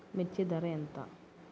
మిర్చి ధర ఎంత?